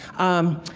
um,